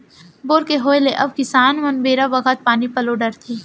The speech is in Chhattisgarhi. बोर के होय ले अब किसान मन बेरा बखत पानी पलो डारथें